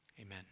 Amen